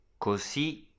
Così